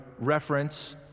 reference